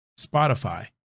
Spotify